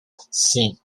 sim